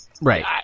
Right